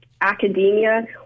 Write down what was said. academia